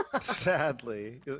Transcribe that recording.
Sadly